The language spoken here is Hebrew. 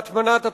בהטמנת הפסולת.